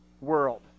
world